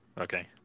Okay